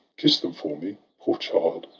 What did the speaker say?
kiss them for me! poor child,